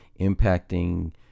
impacting